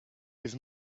his